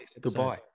goodbye